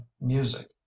music